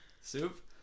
soup